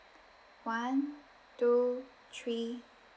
one two three